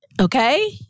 okay